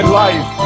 life